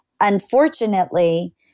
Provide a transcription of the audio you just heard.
Unfortunately